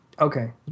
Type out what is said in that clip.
Okay